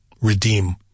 redeem